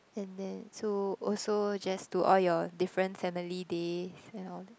and then so also just to all your different family days and all that